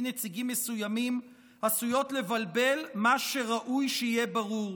נציגים מסוימים עשויות לבלבל מה שראוי שיהיה ברור: